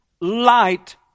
light